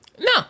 no